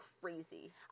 crazy